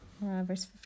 Verse